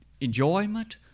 enjoyment